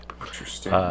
Interesting